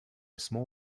small